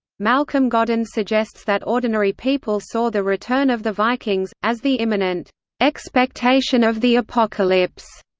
malcolm godden suggests that ordinary people saw the return of the vikings, as the imminent expectation of the apocalypse,